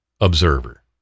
observer